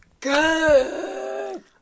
good